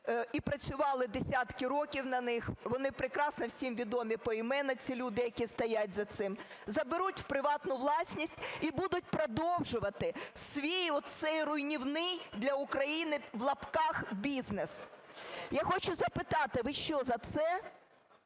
і працювали десятки років на них. Вони прекрасно всім відомі поіменно, ці люди, які стоять за цим. Заберуть в приватну власність і будуть продовжувати свій от цей руйнівний для України, в лапках, "бізнес". Я хочу запитати: ви що, за це?